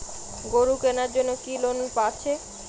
গরু কেনার জন্য কি কোন লোন আছে?